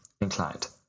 inclined